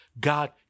God